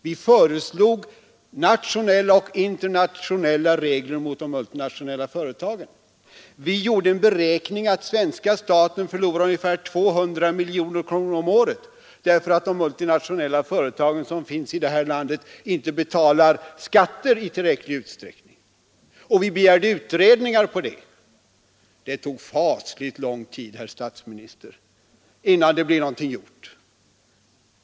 Vi föreslog nationella och internationella regler för de multinationella företagen. Vi gjorde en beräkning att svenska staten förlorar ungefär 200 miljoner kronor om året därför att de multinationella företagen här i landet inte betalar skatter i tillräcklig utsträckning, och vi begärde utredningar om den saken. Det tog fasligt lång tid, herr 147 statsminister, innan det blev någonting gjort.